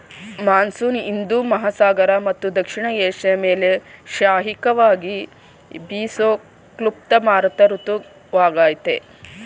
monsoon ಹಿಂದೂ ಮಹಾಸಾಗರ ಮತ್ತು ದಕ್ಷಿಣ ಏಷ್ಯ ಮೇಲೆ ಶ್ರಾಯಿಕವಾಗಿ ಬೀಸೋ ಕ್ಲುಪ್ತ ಮಾರುತ ಋತುವಾಗಯ್ತೆ